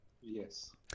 Yes